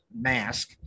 mask